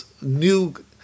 new